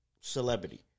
celebrity